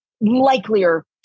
likelier